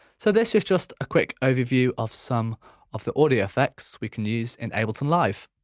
so this is just a quick overview of some of the audio effects we can use in ableton live.